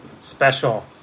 special